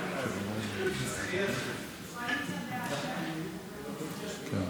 לוועדה שתקבע ועדת הכנסת נתקבלה.